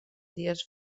dies